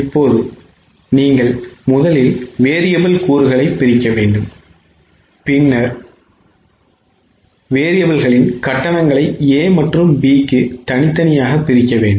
இப்போது நீங்கள் முதலில் variable கூறுகளைப் பிரிக்க வேண்டும் பின்னர் variableகளின் கட்டணங்களை A மற்றும் B க்கு தனித்தனியாக பிரிக்கவேண்டும்